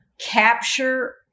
capture